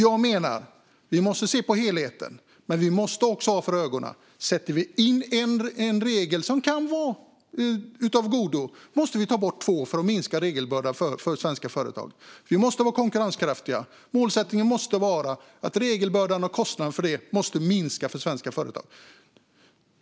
Jag menar att vi måste se på helheten men också ha för ögonen att om vi sätter in en regel, som kan vara av godo, måste vi ta bort två för att minska regelbördan för svenska företag. Vi måste vara konkurrenskraftiga. Målsättningen måste vara att regelbördan och kostnaden för den ska minska för svenska företag.